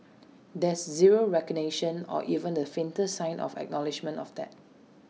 there's zero recognition or even the faintest sign of acknowledgement of that